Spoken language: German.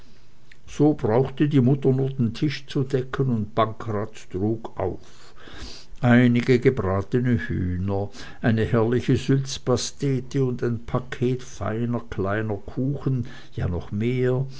so brauchte die mutter nur den tisch zu decken und pankraz trug auf einige gebratene hühner eine herrliche sülzpastete und ein paket feiner kleiner kuchen ja noch mehr